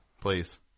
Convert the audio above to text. please